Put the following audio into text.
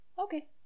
Okay